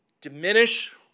diminish